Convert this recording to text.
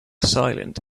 silent